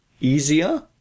easier